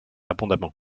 abondamment